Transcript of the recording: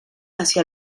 hacia